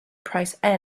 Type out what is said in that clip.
price